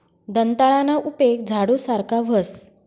दंताळाना उपेग झाडू सारखा व्हस